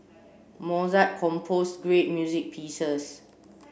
Mozart composed great music pieces